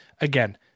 Again